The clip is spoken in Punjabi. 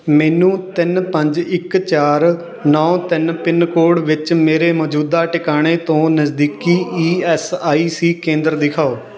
ਮੈਨੂੰ ਤਿੰਨ ਪੰਜ ਇੱਕ ਚਾਰ ਨੌ ਤਿੰਨ ਪਿੰਨਕੋਡ ਵਿੱਚ ਮੇਰੇ ਮੌਜੂਦਾ ਟਿਕਾਣੇ ਤੋਂ ਨਜ਼ਦੀਕੀ ਈ ਐੱਸ ਆਈ ਸੀ ਕੇਂਦਰ ਦਿਖਾਓ